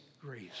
grace